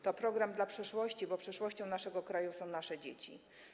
To program dla przyszłości, bo przyszłością naszego kraju są nasze dzieci.